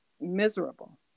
miserable